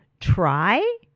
try